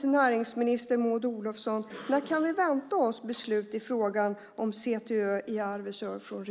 till näringsminister Maud Olofsson är fortfarande: När kan vi vänta oss beslut från regeringen i frågan om CTÖ i Arvidsjaur?